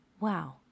Wow